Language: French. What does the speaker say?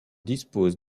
disposent